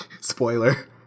Spoiler